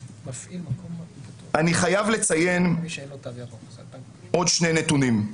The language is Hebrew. אני חייב לציין עוד שני נתונים.